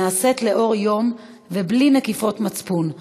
הנעשית לאור יום ובלי נקיפות מצפון,